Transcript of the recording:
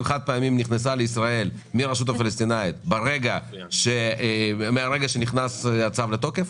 חד-פעמיים נכנסה לישראל מהרש"פ מהרגע שנכנס הצו לתוקף?